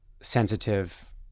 sensitive